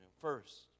First